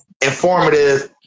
informative